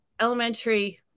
elementary